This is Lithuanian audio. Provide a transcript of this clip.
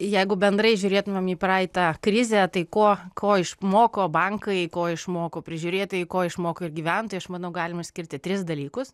jeigu bendrai žiūrėtumėm į praeitą krizę tai ko ko išmoko bankai ko išmoko prižiūrėtojai ko išmoko ir gyventojai aš manau galima išskirti tris dalykus